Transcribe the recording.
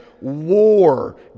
war